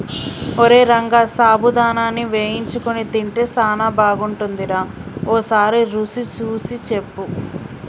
ఓరై రంగ సాబుదానాని వేయించుకొని తింటే సానా బాగుంటుందిరా ఓసారి రుచి సూసి సెప్పు